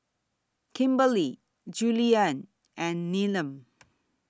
Kimberely Julianne and Needham